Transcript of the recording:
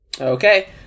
Okay